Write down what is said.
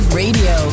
radio